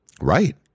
Right